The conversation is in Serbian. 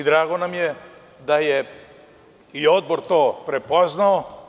Drago nam je da je i odbor to prepoznao.